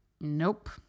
Nope